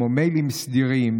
כמו מיילים סדירים,